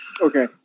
okay